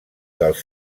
dels